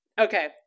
Okay